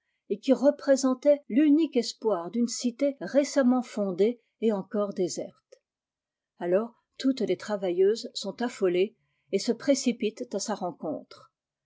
et qui représentait tunique espoir d'une cité récemment fondée et encore déserte alors toutes les travailleuses sont affolées et se précipitent à sa rencontre